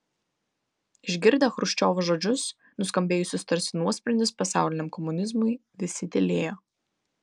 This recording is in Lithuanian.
išgirdę chruščiovo žodžius nuskambėjusius tarsi nuosprendis pasauliniam komunizmui visi tylėjo